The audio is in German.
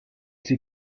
sie